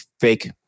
fake